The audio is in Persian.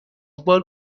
بار